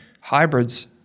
hybrids